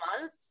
month